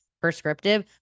prescriptive